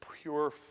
pure